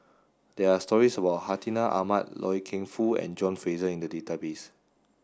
there are stories about Hartinah Ahmad Loy Keng Foo and John Fraser in the database